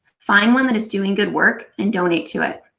find one that is doing good work, and donate to it.